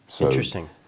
Interesting